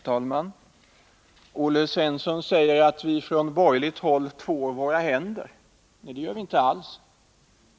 Herr talman! Olle Svensson säger att vi från borgerligt håll tvår våra händer. Det gör vi inte alls.